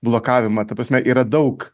blokavimą ta prasme yra daug